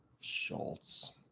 Schultz